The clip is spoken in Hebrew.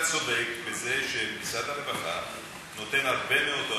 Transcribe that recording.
אתה צודק בזה שמשרד הרווחה נותן הרבה מאוד,